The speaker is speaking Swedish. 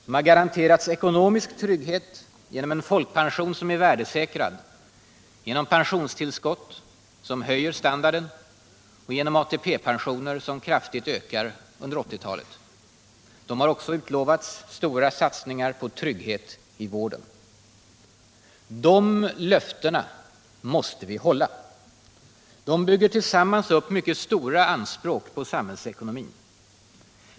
De har garanterats ekonomisk trygghet genom en folkpension som är värdesäkrad, genom pensionstillskott som höjer standarden och genom ATP-pensioner som kraftigt ökar under 1980-talet. De har också lovats stora satsningar på trygghet i vården. De löftena måste vi hålla. De bygger tillsammans upp mycket stora anspråk på samhällsekonomin.